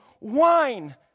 wine